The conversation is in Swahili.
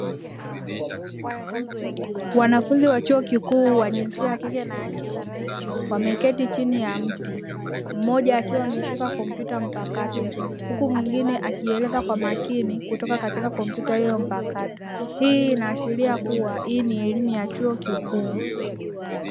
Wanafunzi wa chuo kikuu wa jinsia ya kike na ya kiume wameketi chini ya mti mmoja akiwa ameshika kompyuta mpakato huku mwingine akieleza kwa makini kutoka katika kompyuta hiyo mpakato, hii inaashiria kuwa hii ni elimu ya chuo kikuu.